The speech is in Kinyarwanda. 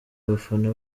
afana